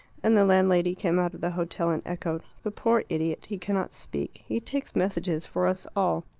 and the landlady came out of the hotel and echoed the poor idiot. he cannot speak. he takes messages for us all.